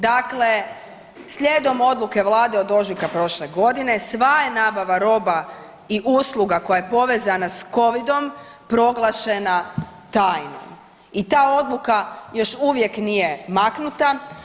Dakle slijedom odluke Vlade od ožujka prošle godine sva je nabava roba i usluga koja je povezana sa Covid-om proglašena tajnom i ta odluka još uvijek nije maknuta.